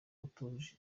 atujuje